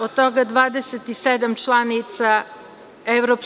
Od toga 27 članica EU.